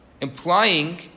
implying